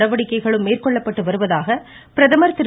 நடவடிக்கைகளும் மேற்கொள்ளப்பட்டு வருவதாக பிரதமர் திரு